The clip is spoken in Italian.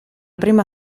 prima